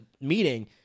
meeting